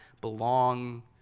belong